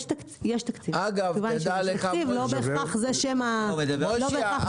יש תקציב, לא בהכרח זה שם התקנה.